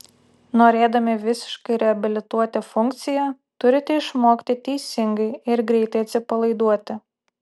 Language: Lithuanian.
norėdami visiškai reabilituoti funkciją turite išmokti teisingai ir greitai atsipalaiduoti